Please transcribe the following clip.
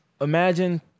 imagine